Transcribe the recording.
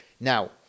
now